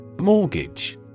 Mortgage